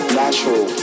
natural